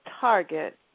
target